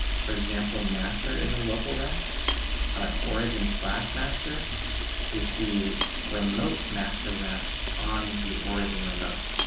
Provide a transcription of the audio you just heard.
for example, master is a local rough but origin slash master is the remote master rough on the origin remote